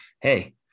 hey